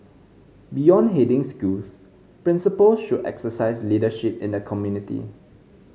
beyond heading schools principal should exercise leadership in the community